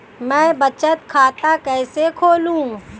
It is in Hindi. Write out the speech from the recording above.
मैं बचत खाता कैसे खोलूं?